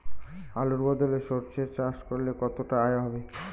আলুর বদলে সরষে চাষ করলে কতটা আয় হবে?